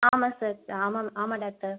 ஆமாம் சார் ஆமாம் ஆமாம் டாக்டர்